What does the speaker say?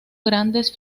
grandes